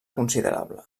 considerable